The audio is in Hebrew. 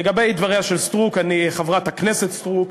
לגבי דבריה של חברת הכנסת סטרוק,